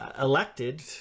elected